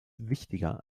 wichtiger